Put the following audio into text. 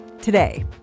Today